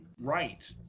right